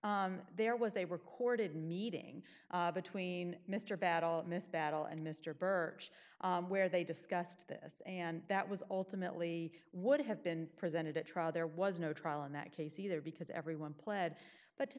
there was a recorded meeting between mr battle miss battle and mr burrage where they discussed this and that was alternately would have been presented at trial there was no trial in that case either because everyone pled but to